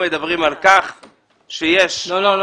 לא.